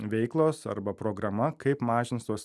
veiklos arba programa kaip mažins tuos